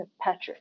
Patrick